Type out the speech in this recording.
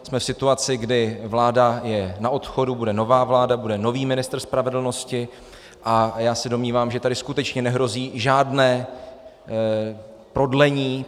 Jsme v situaci, kdy vláda je na odchodu, bude nová vláda, bude nový ministr spravedlnosti, a já se domnívám, že tady skutečně nehrozí žádné prodlení.